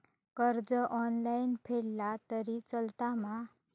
कर्ज ऑनलाइन फेडला तरी चलता मा?